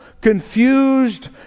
confused